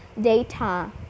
data